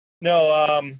no